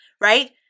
right